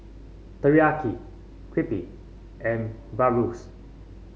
Teriyaki Crepe and Bratwurst